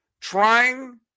Trying